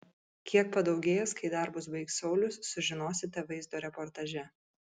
kiek padaugės kai darbus baigs saulius sužinosite vaizdo reportaže